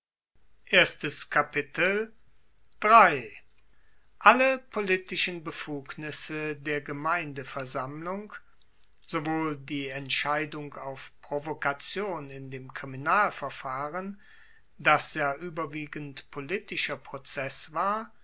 alle politischen befugnisse der gemeindeversammlung sowohl die entscheidung auf provokation in dem kriminalverfahren das ja ueberwiegend politischer prozess war